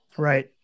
Right